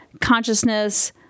consciousness